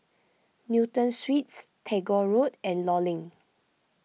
Newton Suites Tagore Road and Law Link